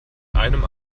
einem